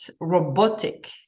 robotic